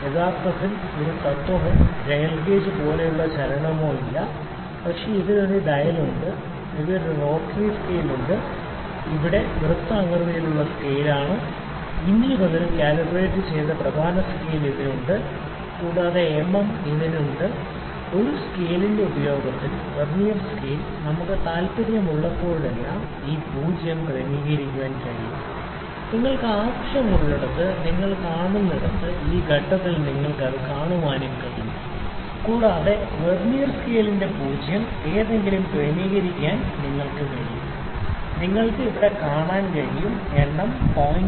യഥാർത്ഥത്തിൽ ഒരു തത്വമോ ഡയൽ ഗേജ് പോലുള്ള ചലനമോ ഇല്ല പക്ഷേ ഇതിന് ഒരു ഡയൽ ഉണ്ട് അതിന് ഒരു റോട്ടറി സ്കെയിൽ ഉണ്ട് ഇത് ഇവിടെ വൃത്താകൃതിയിലുള്ള സ്കെയിലാണ് ഇഞ്ചുകളിൽ കാലിബ്രേറ്റ് ചെയ്ത പ്രധാന സ്കെയിൽ ഇതിലുണ്ട് കൂടാതെ mm ഇതിന് ഉണ്ട് ഈ സ്കെയിലിന്റെ ഉപയോഗത്തിലുള്ള വെർനിയർ സ്കെയിൽ നമ്മൾക്ക് താൽപ്പര്യമുള്ളപ്പോഴെല്ലാം ഈ 0 ക്രമീകരിക്കാൻ കഴിയും നിങ്ങൾക്ക് ആവശ്യമുള്ളിടത്ത് നിങ്ങൾ കാണുന്നിടത്ത് ഈ ഘട്ടത്തിൽ നിങ്ങൾക്കത് കാണാനും കഴിയും കൂടാതെ വെർനിയർ സ്കെയിലിൻറെ 0 എങ്കിലും ക്രമീകരിക്കാൻ നിങ്ങൾക്ക് കഴിയും നിങ്ങൾക്ക് ഇവിടെ കാണാൻ കഴിയും എണ്ണം 0